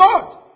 God